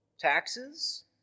taxes